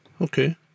Okay